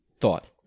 thought